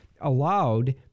allowed